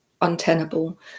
untenable